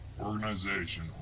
organization